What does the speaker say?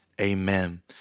Amen